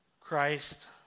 Christ